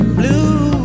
blue